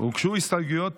הוגשו הסתייגויות